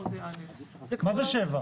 מה זה 7?